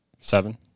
seven